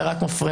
אלא רק מפריע.